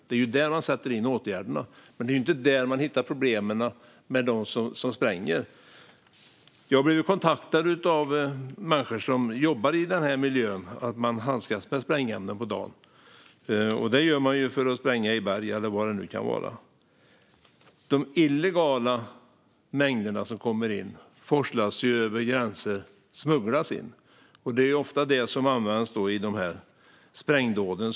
Det är där man sätter in åtgärderna. Men det är inte där man hittar problemen med dem som spränger. Jag har blivit kontaktad av människor som jobbar i den här miljön där de handskas med sprängämnen på dagen. Det gör de för att spränga i berg eller vad det nu kan vara. De illegala mängderna som kommer in forslas över gränser och smugglas in. Det är ofta det som används i sprängdåden.